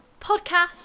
podcast